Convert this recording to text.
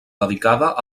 dedicada